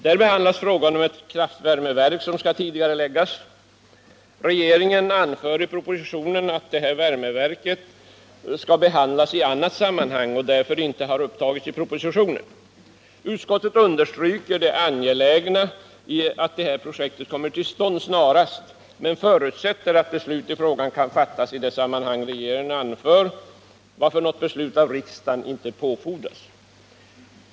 Där behandlas frågan om ett kraftvärmeverk som föreslås tidigareläggas. Regeringen anför i propositionen att denna fråga skall behandlas i annat sammanhang och därför inte upptagits i propositionen. Utskottet understryker det angelägna i att projektet kommer till stånd snarast, men förutsätter att beslut i frågan kan fattas i det sammanhang regeringen anför, varför något beslut av riksdagen inte påfordras.